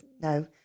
no